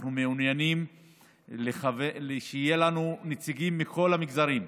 אנחנו מעוניינים שיהיו לנו נציגים מכל המגזרים.